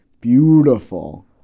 Beautiful